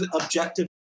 objective